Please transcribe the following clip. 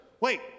Wait